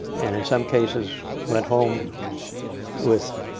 and in some cases went home with